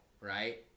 right